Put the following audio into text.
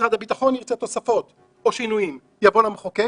ואם משרד הביטחון ירצה תוספות או שינויים הוא יבוא למחוקק.